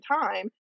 time